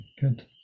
good